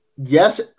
yes